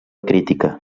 crítica